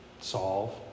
solve